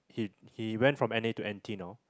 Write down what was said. he he went from N_A to N_T now